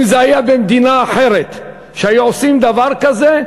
אם במדינה אחרת שהיו עושים דבר כזה,